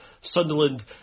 Sunderland